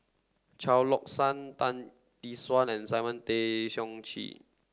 Chao San Tan Tee Suan and Simon Tay Seong Chee